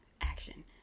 action